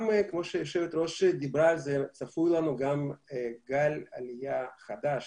גם כמו שיושבת הראש אמרה, צפוי לנו גל עלייה חדש